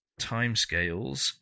timescales